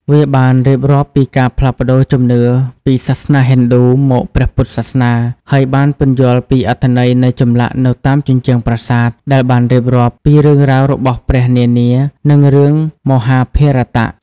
វាបានរៀបរាប់ពីការផ្លាស់ប្ដូរជំនឿពី សាសនាហិណ្ឌូ មកព្រះពុទ្ធសាសនា ហើយបានពន្យល់ពីអត្ថន័យនៃចម្លាក់នៅតាមជញ្ជាំងប្រាសាទ ដែលបានរៀបរាប់ពីរឿងរ៉ាវរបស់ព្រះនានា និងរឿងមហាភារតៈ។